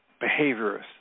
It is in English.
behaviorists